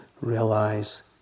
realize